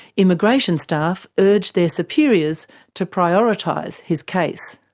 immigration staff urged their superiors to prioritise his case.